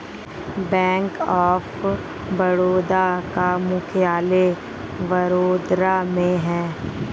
bank of Baroda का मुख्यालय वडोदरा में है